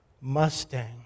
Mustang